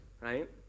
right